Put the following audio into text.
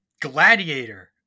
gladiator